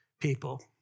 people